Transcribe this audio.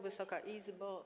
Wysoka Izbo!